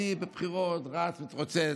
אני בבחירות רץ ומתרוצץ.